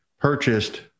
purchased